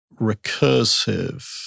recursive